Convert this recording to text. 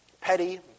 petty